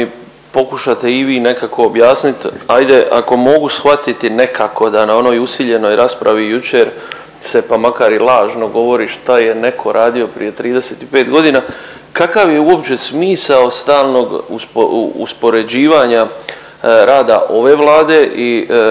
pokušate i vi nekako objasniti ajde ako mogu shvatiti nekako da na onoj usiljenoj raspravi jučer se pa makar i lažno govori šta je netko radio prije 35 godina, kakav je uopće smisao stalnog uspoređivanja rada ove Vlade i rada